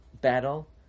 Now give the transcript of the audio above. battle